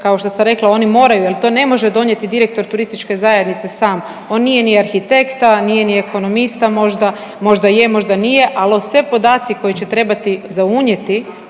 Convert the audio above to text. kao što sam rekla oni moraju jel to ne može donijeti direktor turističke zajednice sam, on nije ni arhitekta, nije ni ekonomista možda, možda je, možda nije, al o sve podaci koje će trebati za unijeti